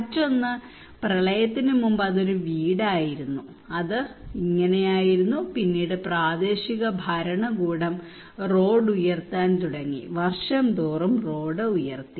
മറ്റൊന്ന് പ്രളയത്തിന് മുമ്പ് അതൊരു വീടായിരുന്നു അത് അങ്ങനെയായിരുന്നു പിന്നീട് പ്രാദേശിക ഭരണകൂടം റോഡ് ഉയർത്താൻ തുടങ്ങി വർഷം തോറും റോഡ് ഉയർത്തി